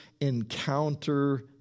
encounter